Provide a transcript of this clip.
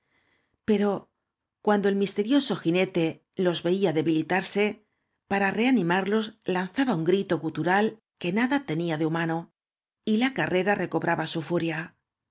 pero cuando el misterioso jinete ios veía debilitarse para reanimarlos lanzaba ua grito gutural que nada tenía de hum ano y la carrera recobraba su íurla